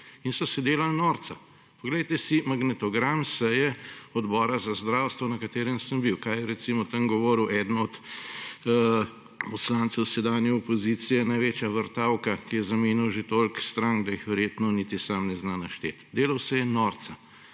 In so se delali norca. Poglejte si magnetogram s seje Odbora za zdravstvo, na katerem sem bil, kaj je, recimo, tam govoril eden od poslancev sedanje opozicije, največja vrtavka, ki je zamenjal že toliko strank, da jih verjetni niti sam ne zna našteti. Delal se je norca.